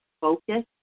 focus